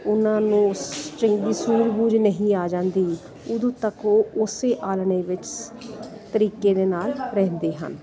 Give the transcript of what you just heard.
ਉਹਨਾਂ ਨੂੰ ਸ ਚੰਗੀ ਸੂਝ ਬੂਝ ਨਹੀਂ ਆ ਜਾਂਦੀ ਉਦੋਂ ਤੱਕ ਉਹ ਉਸੇ ਆਲਣੇ ਵਿੱਚ ਸ ਤਰੀਕੇ ਦੇ ਨਾਲ ਰਹਿੰਦੇ ਹਨ